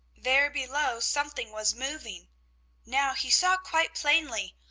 there below something was moving now he saw quite plainly,